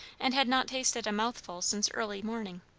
and had not tasted a mouthful since early morning.